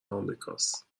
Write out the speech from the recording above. امریکاست